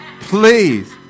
please